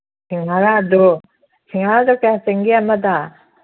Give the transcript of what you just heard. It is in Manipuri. ꯁꯤꯡꯍꯔꯥꯗꯨ ꯁꯤꯡꯍꯥꯔꯗ ꯀꯌꯥ ꯆꯤꯡꯒꯦ ꯑꯃꯗ